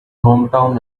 hometown